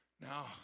Now